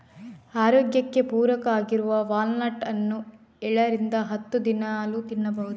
ಆರೋಗ್ಯಕ್ಕೆ ಪೂರಕ ಆಗಿರುವ ವಾಲ್ನಟ್ ಅನ್ನು ಏಳರಿಂದ ಹತ್ತು ದಿನಾಲೂ ತಿನ್ಬಹುದು